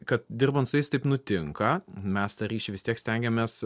kad dirbant su jais taip nutinka mes tą ryšį vis tiek stengiamės